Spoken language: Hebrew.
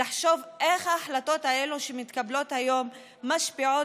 לחשוב איך ההחלטות האלה שמתקבלות היום משפיעות